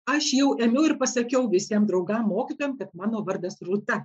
aš jau ėmiau ir pasakiau visiem draugam mokytojam kad mano vardas rūta